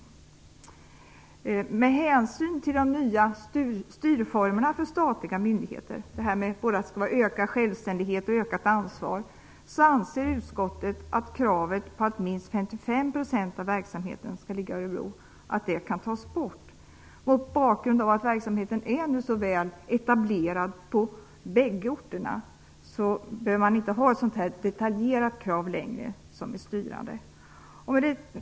Till följd av de nya styrformerna för statliga myndigheter - ökad självständighet och ökat ansvar - anser utskottet att kravet på att minst 55 % av verksamheten skall ligga i Örebro kan tas bort. Mot bakgrund av att verksamheten nu också är väl etablerad på bägge orterna bör ett så detaljerat krav inte längre vara styrande. Herr talman!